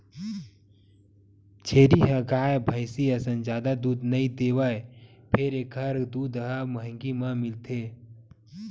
छेरी ह गाय, भइसी असन जादा दूद नइ देवय फेर एखर दूद ह महंगी म मिलथे